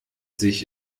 sich